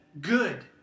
Good